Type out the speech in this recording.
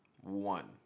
One